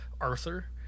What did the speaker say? Arthur